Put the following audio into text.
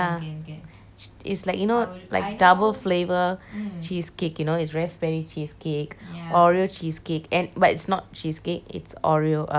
it's like you know like double flavour cheesecake you know it's raspberry cheesecake oreo cheesecake and but it's not cheesecake it's oreo uh brownie